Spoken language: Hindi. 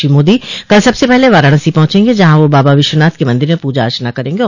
श्री मोदी कल सबसे पहले वाराणसी पहुंचेंगे जहां वह बाबा विश्वनाथ के मंदिर में पूजा अर्चना भी करेंगे